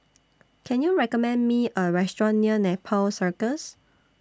Can YOU recommend Me A Restaurant near Nepal Circus